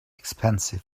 expensive